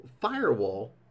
Firewall